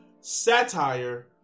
satire